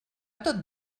tot